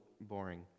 boring